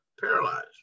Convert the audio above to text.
paralyzed